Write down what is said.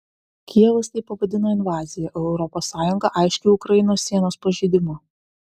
kijevas tai pavadino invazija o europos sąjunga aiškiu ukrainos sienos pažeidimu